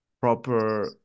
proper